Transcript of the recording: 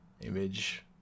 image